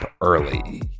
early